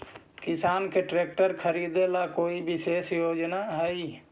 किसान के ट्रैक्टर खरीदे ला कोई विशेष योजना हई?